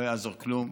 לא יעזור כלום.